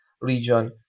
region